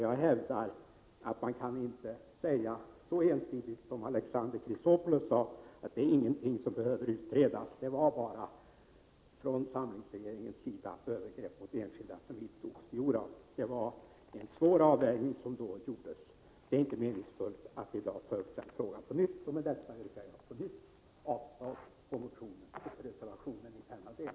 Jag hävdar att man inte så ensidigt som Alexander Chrisopoulos gjorde kan säga att de inte behöver utredas — det var helt enkelt fråga om övergrepp mot enskilda från samlingsregeringens sida. Nej, det var en svår avvägning som då gjordes, och det är inte meningsfullt att i dag ta upp den frågan på nytt. Med detta yrkar jag på nytt avslag på reservation 5 och motionen.